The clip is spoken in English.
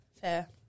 fair